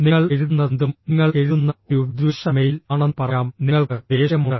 നിങ്ങൾ എഴുതുന്നതെന്തും നിങ്ങൾ എഴുതുന്ന ഒരു വിദ്വേഷ മെയിൽ ആണെന്ന് പറയാം നിങ്ങൾക്ക് ദേഷ്യമുണ്ട്